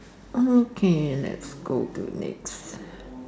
okay let's go to next